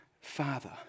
Father